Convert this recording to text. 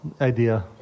idea